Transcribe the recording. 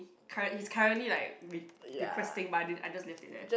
currently he's currently like re~ requesting but I did I just left it there